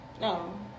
No